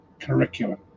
curriculum